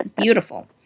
Beautiful